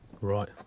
Right